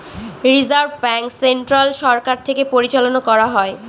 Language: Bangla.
রিজার্ভ ব্যাঙ্ক সেন্ট্রাল সরকার থেকে পরিচালনা করা হয়